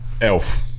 Elf